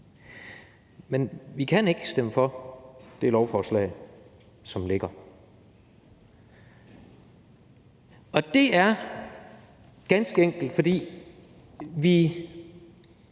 men vi kan ikke stemme for det lovforslag, som ligger. Og det er ganske enkelt, fordi vi